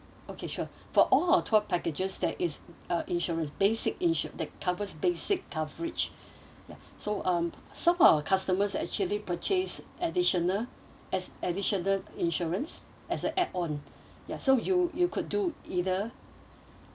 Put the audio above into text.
okay sure for all our tour packages that is uh insurance basic insure that covers basic coverage ya so um some our customers actually purchase additional as additional insurance as a add on ya so you you could do either